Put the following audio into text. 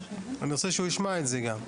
אני רוצה שגם הוא ישמע את זה.